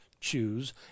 choose